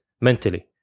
mentally